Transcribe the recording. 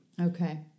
okay